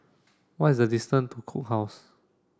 what is the distance to Cook House